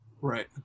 Right